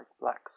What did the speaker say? black